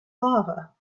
lava